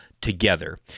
together